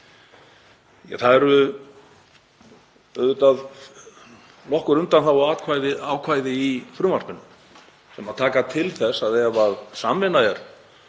Það eru auðvitað nokkur undanþáguákvæði í frumvarpinu sem taka til þess að ef samvinna er